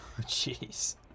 Jeez